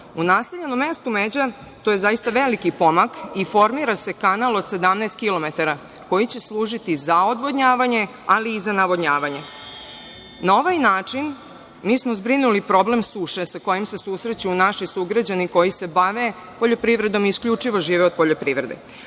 U naseljenom mestu Međa to je zaista veliki pomak i formira se kanal od 17 kilometara koji će služiti za odvodnjavanje, ali i za navodnjavanje. Na ovaj način, mi smo zbrinuli problem suše sa kojim se susreću naši sugrađani koji se bave poljoprivredom i isključivo žive od poljoprivrede.Sećate